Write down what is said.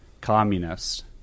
communist